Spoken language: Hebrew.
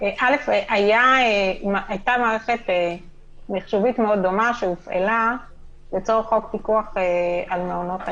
הייתה מערכת מחשובית מאוד דומה שהופעלה לצורך חוק פיקוח על מעונות היום.